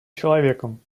человеком